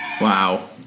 Wow